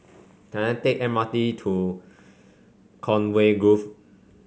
can I take M R T to Conway Grove